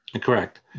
Correct